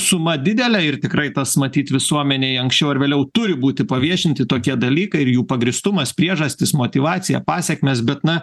suma didelė ir tikrai tas matyt visuomenei anksčiau ar vėliau turi būti paviešinti tokie dalykai ir jų pagrįstumas priežastys motyvacija pasekmės bet na